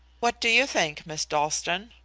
what do you think, miss dalstan?